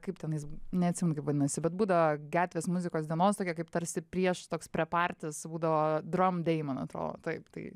kaip tenais neatsimenu kaip vadinasi bet būdavo gatvės muzikos dienos tokia kaip tarsi prieš toks prepartis būdavo drum day man atrodo taip tai